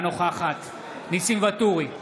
ואטורי,